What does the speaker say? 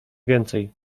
więcej